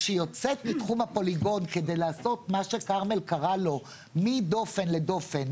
כשהיא יוצאת מתחום הפוליגון כדי לעשות מה שכרמל קרא לו "מדופן לדופן",